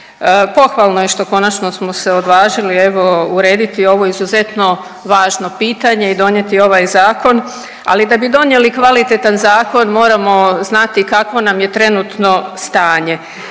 pohvalno je što konačno smo se odvažili evo urediti ovo izuzetno važno pitanje i donijeti ovaj zakon, ali da bi donijeli kvalitetan zakon moramo znati kakvo nam je trenutno stanje.